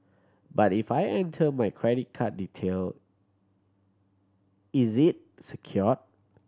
but if I enter my credit card detail is it secure